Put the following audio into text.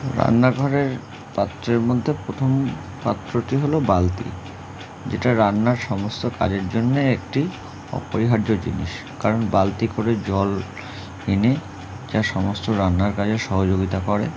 রান্নাঘরের পাত্রের মধ্যে প্রথম পাত্রটি হল বালতি যেটা রান্নার সমস্ত কাজের জন্যে একটি অপরিহার্য জিনিস কারণ বালতি করে জল এনে যা সমস্ত রান্নার কাজে সহযোগিতা করে